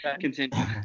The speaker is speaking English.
continue